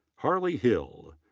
harley hill.